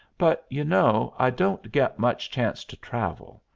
but, you know, i don't get much chance to travel.